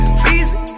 freezing